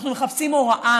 אנחנו מחפשים הוראה,